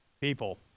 people